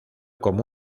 como